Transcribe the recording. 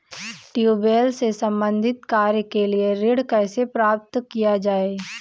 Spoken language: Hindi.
ट्यूबेल से संबंधित कार्य के लिए ऋण कैसे प्राप्त किया जाए?